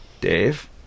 Dave